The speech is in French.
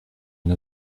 une